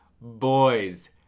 boys